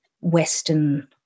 Western